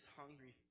hungry